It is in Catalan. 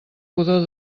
pudor